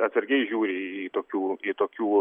atsargiai žiūri į į tokių į tokių